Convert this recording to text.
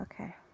Okay